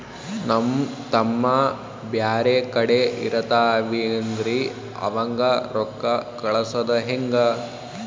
ನಮ್ ತಮ್ಮ ಬ್ಯಾರೆ ಕಡೆ ಇರತಾವೇನ್ರಿ ಅವಂಗ ರೋಕ್ಕ ಕಳಸದ ಹೆಂಗ?